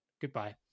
Goodbye